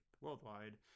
worldwide